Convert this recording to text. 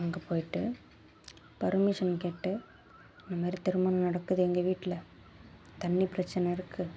அங்கே போய்விட்டு பெர்மிஷன் கேட்டு இதுமாதிரி திருமணம் நடக்குது எங்கள் வீட்டில் தண்ணி பிரச்சனை இருக்குது